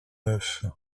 neuf